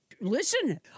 Listen